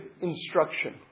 instruction